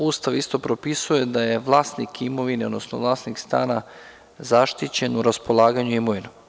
Ustav isto propisuje da je vlasnik imovine, odnosno vlasnik stana zaštićen u raspolaganju imovinom.